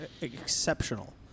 exceptional